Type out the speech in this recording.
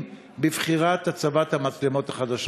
בבחירת מקומות הצבת המצלמות החדשות?